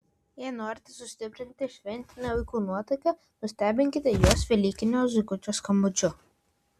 jei norite sustiprinti šventinę vaikų nuotaiką nustebinkite juos velykinio zuikučio skambučiu